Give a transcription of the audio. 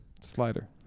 Slider